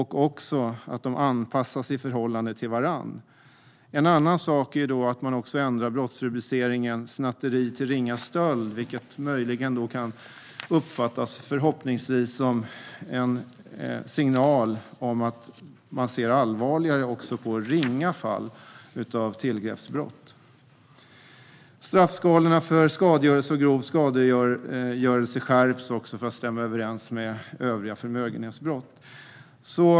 De ska även anpassas i förhållande till varandra. En annan sak är att man ändrar brottsrubriceringen snatteri till ringa stöld, vilket förhoppningsvis möjligen kan uppfattas som en signal om att man ser allvarligare även på ringa fall av tillgreppsbrott. Dessutom skärps straffskalorna för skadegörelse och grov skadegörelse för att de ska stämma överens med övriga förmögenhetsbrott.